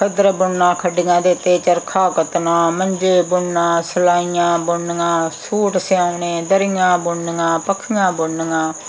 ਖੱਦਰ ਬੁਣਨਾ ਖੱਡੀਆਂ ਦੇ ਅਤੇ ਚਰਖਾ ਕੱਤਣਾ ਮੰਜੇ ਬੁਣਨਾ ਸਿਲਾਈਆਂ ਬੁਣਨੀਆਂ ਸੂਟ ਸਿਆਉਣੇ ਦਰੀਆਂ ਬੁਣਨੀਆਂ ਪੱਖੀਆਂ ਬੁਣਨੀਆਂ